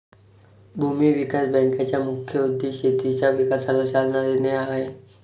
भूमी विकास बँकेचा मुख्य उद्देश शेतीच्या विकासाला चालना देणे हा आहे